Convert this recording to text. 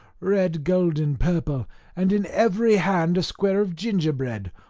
red, gold, and purple and in every hand a square of gingerbread,